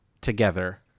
together